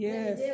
Yes